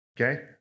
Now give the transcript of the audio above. Okay